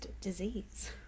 disease